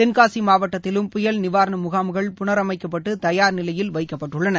தென்னாசி மாவட்டத்திலும் புயல் நிவாரண முகாம்கள் புனரமைக்கப்பட்டு தயார் நிலையில் வைக்கப்பட்டுள்ளது